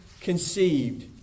conceived